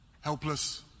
helpless